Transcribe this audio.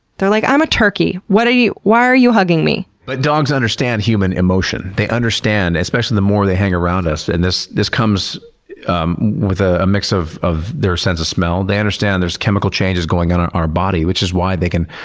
they're like, i'm a turkey, what are you, why are you hugging me? but dogs understand human emotion. they understand, especially the more they hang around us. and this this comes um with ah a mix of of their sense of smell. they understand there's chemical changes going on in our body which is why they can